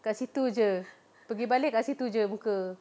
kat situ jer pergi balik kat situ jer buka